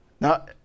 Now